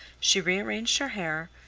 she rearranged her hair,